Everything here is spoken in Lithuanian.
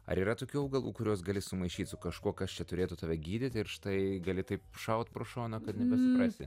ar yra tokių augalų kuriuos gali sumaišyt su kažkuo kas čia turėtų tave gydyti ir štai gali taip šaut pro šoną kad nebesuprasi